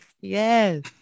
yes